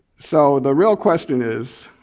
so the real question is,